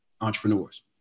entrepreneurs